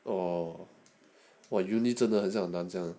oh !wah! university 真的好像很难